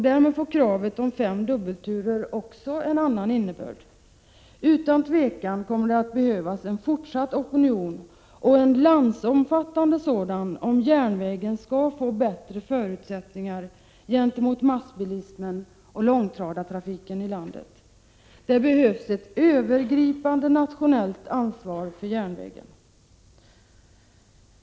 Därmed får kravet på fem dubbelturer också en annan innebörd. Utan tvivel kommer det att behövas en fortsatt opinion, och en landsomfattande sådan, om järnvägarna skall få bättre förutsättningar gentemot massbilismen och långtradartrafiken i landet. Det behövs ett övergripande nationellt ansvar för järnvägen.